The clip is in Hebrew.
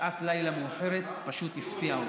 בשעת לילה מאוחרת פשוט הפתיעה אותי.